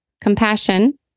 compassion